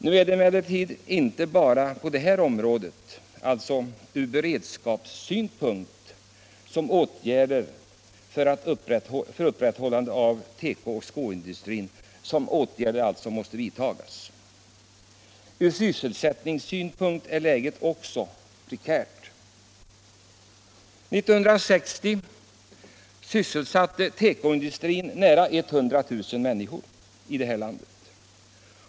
Nu är det emellertid inte bara från beredskapssynpunkt som åtgärder för upprätthållande av teko och skoindustrin måste vidtagas. Från sysselsättningssynpunkt är läget också prekärt. År 1960 sysselsatte teko industrin nära 100 000 människor i vårt land.